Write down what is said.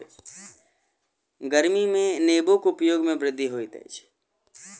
गर्मी में नेबोक उपयोग में वृद्धि होइत अछि